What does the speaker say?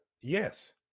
Yes